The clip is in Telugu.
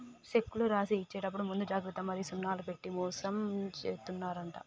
సెక్కులు రాసి ఇచ్చేప్పుడు ముందు జాగ్రత్త మరి సున్నాలు పెట్టి మోసం జేత్తున్నరంట